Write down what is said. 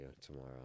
tomorrow